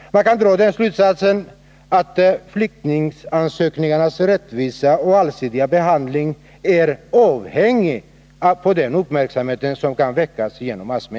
Man kan dra slutsatsen att flyktingansökningarnas rättvisa och allsidiga behandling är avhängig av den uppmärksamhet som massmedia kan väcka.